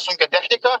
sunkią techniką